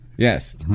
Yes